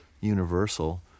universal